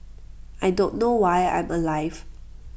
I don't know why I'm alive